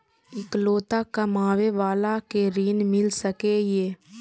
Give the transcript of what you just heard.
इकलोता कमाबे बाला के ऋण मिल सके ये?